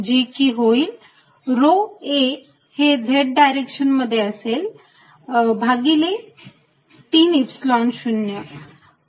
जे की होईल रो a हे Z डायरेक्शन मध्ये असेल भागिले 3 Epsilon 0